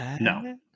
No